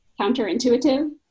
counterintuitive